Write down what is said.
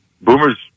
Boomer's